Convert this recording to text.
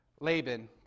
Laban